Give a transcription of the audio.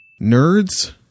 Nerds